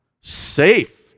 Safe